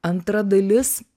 antra dalis